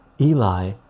Eli